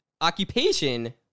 Occupation